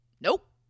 nope